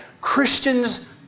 Christians